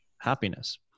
happiness